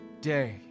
day